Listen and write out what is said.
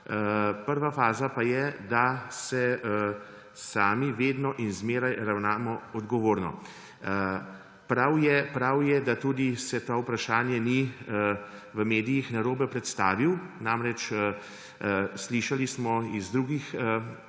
Prva faza pa je, da se sami vedno in zmeraj ravnamo odgovorno. Prav je, da se to vprašanje v medijih ni narobe predstavilo. Namreč, slišali smo iz drugih